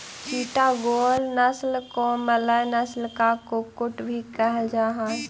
चिटागोंग नस्ल को मलय नस्ल का कुक्कुट भी कहल जा हाई